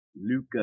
Luca